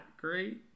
great